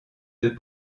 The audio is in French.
deux